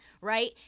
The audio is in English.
right